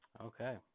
Okay